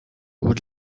would